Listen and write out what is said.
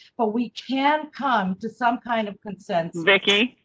but we can come to some kind of consensus. vicky.